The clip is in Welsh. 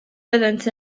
byddant